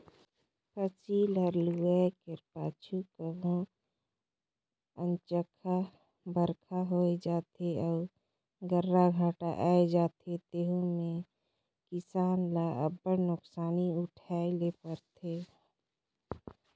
फसिल हर लुवाए कर पाछू कभों अनचकहा बरिखा होए जाथे अउ गर्रा घांटा आए जाथे तेहू में किसान ल अब्बड़ नोसकानी उठाए ले परथे